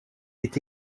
est